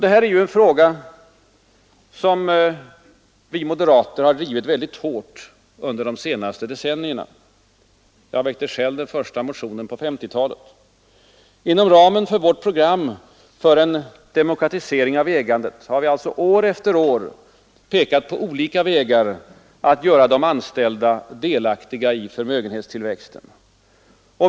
Det är en fråga som vi moderater har drivit mycket hårt under de senaste decennierna — jag väckte själv den första motionen på 1950-talet. Inom ramen för vårt program för en demokratisering av ägandet har vi år efter år pekat på olika vägar för att göra de anställda delaktiga i förmögenhetstillväxten.